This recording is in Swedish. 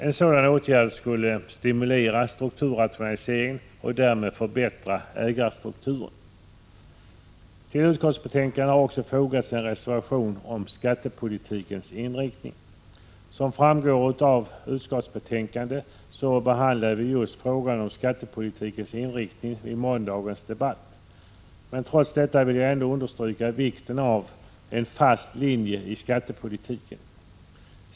En sådan åtgärd skulle stimulera strukturrationaliseringen och därmed förbättra ägarstrukturen. Till utskottsbetänkandet har också fogats en reservation om skattepolitikens inriktning. Som framgår av utskottsbetänkandet behandlade vi just frågan om skattepolitikens inriktning i måndagens debatt. Men trots detta vill jag understryka vikten av en fast linje i skattepolitiken.